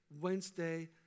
Wednesday